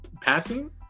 Passing